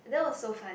that was so fun